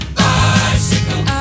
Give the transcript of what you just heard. bicycle